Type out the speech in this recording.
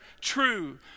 true